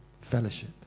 fellowship